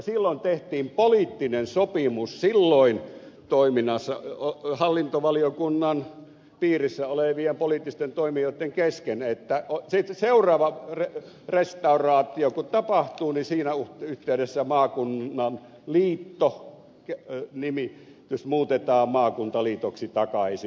silloin tehtiin poliittinen sopimus hallintovaliokunnan piirissä olevien poliittisten toimijoitten kesken että kun seuraava restauraatio tapahtuu niin siinä yhteydessä maakunnan liitto nimitys muutetaan maakuntaliitoksi takaisin